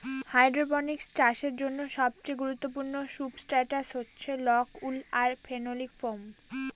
hydroponics চাষের জন্য সবচেয়ে গুরুত্বপূর্ণ সুবস্ট্রাটাস হচ্ছে রক উল আর ফেনোলিক ফোম